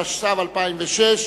התשס"ו 2006,